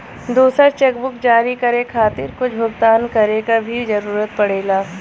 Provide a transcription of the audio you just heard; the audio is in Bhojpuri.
दूसर चेकबुक जारी करे खातिर कुछ भुगतान करे क भी जरुरत पड़ेला